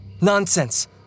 Nonsense